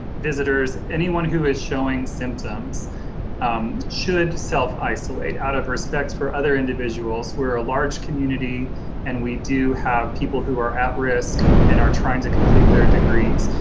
visitors anyone who is showing symptoms um should self isolate out of respect for other individuals. we're a large community and we do have people who are at risk and are trying to complete their degrees.